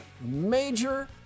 major